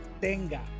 Tenga